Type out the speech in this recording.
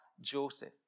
Joseph